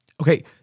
Okay